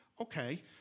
Okay